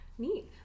Neat